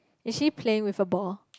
is she playing with her ball